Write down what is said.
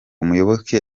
muyoboke